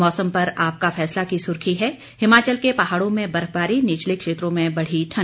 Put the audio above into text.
मौसम पर आपका फैसला की सुर्खी है हिमाचल के पहाड़ों में बर्फबारी निचले क्षेत्रों में बढ़ी ठंड